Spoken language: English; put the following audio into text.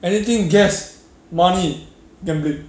anything guess money gambling